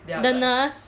the nurse